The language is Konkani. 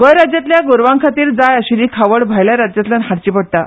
गोंय राज्यांतल्या गोरवां खातीर जाय आशिल्ली खावड भायल्या राज्यांतल्यान हाडची पडटा